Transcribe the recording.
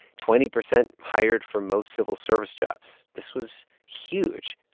twenty percent hired for most civil service jobs. this was huge.